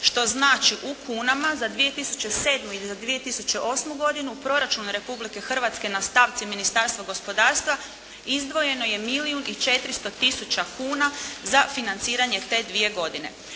što znači u kunama za 2007. godinu i za 2008. godinu proračun Republike Hrvatske na stavci Ministarstva gospodarstva izdvojeno je milijun i 400 tisuća kuna za financiranje te dvije godine.